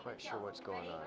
quite sure what's going on